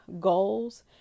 goals